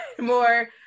more